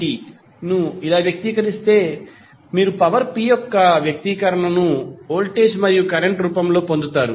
dqdt ను ఇలా వ్యక్తీకరిస్తే మీరు పవర్ p యొక్క వ్యక్తీకరణను వోల్టేజ్ మరియు కరెంట్ రూపంలో పొందుతారు